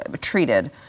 treated